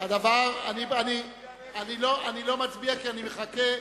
אני לא מצביע כי אני מחכה